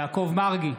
יעקב מרגי,